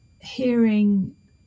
hearing